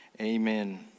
Amen